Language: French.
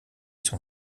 son